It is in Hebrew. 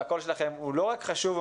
והקול שלכם הוא לא רק חשוב,